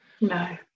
no